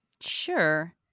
Sure